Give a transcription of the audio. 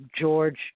George